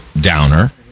downer